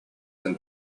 than